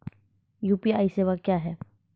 UPI सेवा क्या हैं?